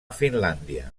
finlàndia